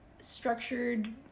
Structured